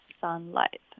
sunlight